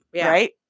Right